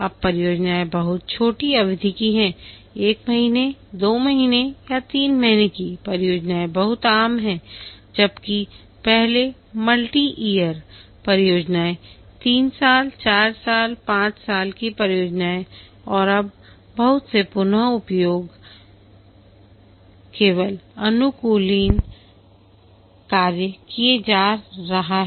अब परियोजनाएँ बहुत छोटी अवधि की हैं 1 महीने 2 महीने या 3 महीने की परियोजनाएं बहुत आम हैं जबकि पहले मल्टीएयर परियोजनाएं 3 साल 4 साल 5 साल की परियोजनाएं और अब बहुत से पुन उपयोग केवल अनुकूलन कार्य किया जा रहा है